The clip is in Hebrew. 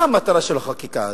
מה המטרה של החקיקה הזאת?